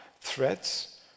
threats